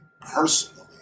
personally